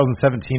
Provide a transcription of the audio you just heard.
2017